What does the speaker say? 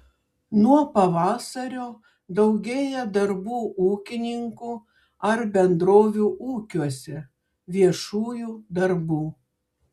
nuo pavasario daugėja darbų ūkininkų ar bendrovių ūkiuose viešųjų darbų